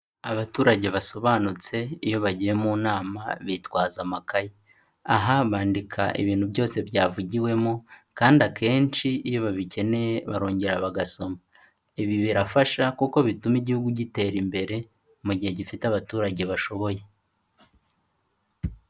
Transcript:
Abaturage basobanutse iyo bagiye mu nama bitwaza amakaye, aha bandika ibintu byose byavugiwemo kandi akenshi iyo babikeneye barongera bagasoma, ibi birafasha kuko bituma igihugu gitera imbere mu gihe gifite abaturage bashoboye.